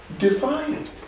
defiant